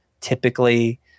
typically